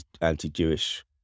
anti-Jewish